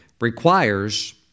requires